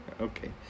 Okay